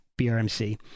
BRMC